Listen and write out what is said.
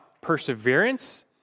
perseverance